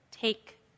Take